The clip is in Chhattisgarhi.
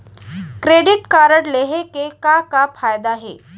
क्रेडिट कारड लेहे के का का फायदा हे?